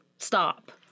Stop